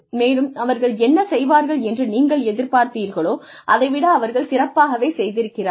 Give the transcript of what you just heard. மேலும் அவர்கள் என்ன செய்வார்கள் என்று நீங்கள் எதிர்பார்த்தீர்களோ அதை விட அவர்கள் சிறப்பாகவே செய்திருக்கிறார்கள்